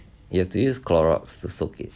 you have to use clorox to soak it